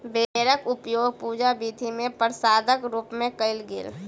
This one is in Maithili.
बेरक उपयोग पूजा विधि मे प्रसादक रूप मे कयल गेल